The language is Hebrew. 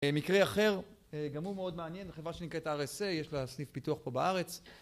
מקרה אחר, גם הוא מאוד מעניין, חברה שנקראת RSA, יש לה סניף פיתוח פה בארץ